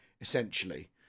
Essentially